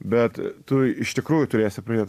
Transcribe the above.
bet tu iš tikrųjų turėsi pradėt